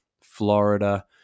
Florida